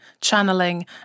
channeling